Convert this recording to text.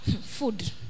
food